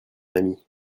ami